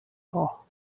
all